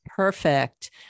Perfect